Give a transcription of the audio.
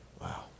Wow